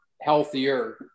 healthier